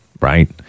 right